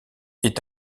est